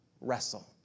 wrestle